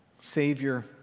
Savior